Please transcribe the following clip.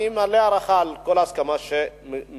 אני מלא הערכה על כל הסכמה שמקיימים.